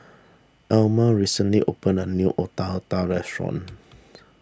Almer recently opened a new Otak Otak restaurant